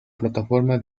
plataforma